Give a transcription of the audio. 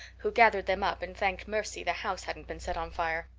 who gathered them up and thanked mercy the house hadn't been set on fire.